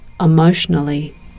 emotionally